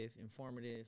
informative